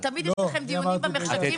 כי תמיד יש לכם דיונים במחשכים,